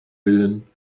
willen